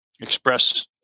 express